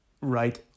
right